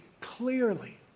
clearly